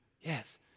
Yes